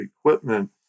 equipment